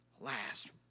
last